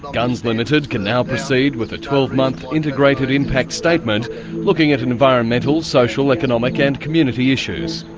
gunns limited can now proceed with a twelve month integrated impact statement looking at environmental, social, economic and community issues.